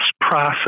process